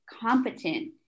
competent